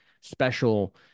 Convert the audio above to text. special